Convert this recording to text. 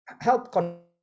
help